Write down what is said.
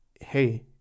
hey